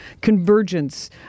convergence